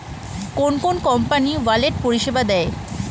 কোন কোন company wallet পরিষেবা দেয়?